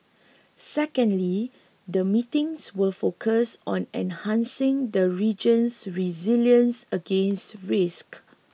secondly the meetings will focus on enhancing the region's resilience against risk